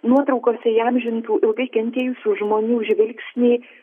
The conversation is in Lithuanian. nuotraukose įamžintų ilgai kentėjusių žmonių žvilgsniai